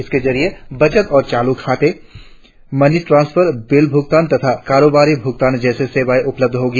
इसके जरिए बचत और चालू खातो मनी ट्रांस्फर बिल भुगतान तथा कारोबारी भुगतान जैसी सेवाएं उपलब्ध होगी